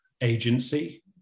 agency